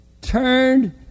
turned